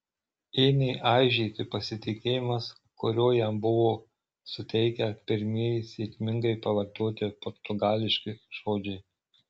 ėmė aižėti pasitikėjimas kurio jam buvo suteikę pirmieji sėkmingai pavartoti portugališki žodžiai